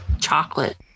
chocolate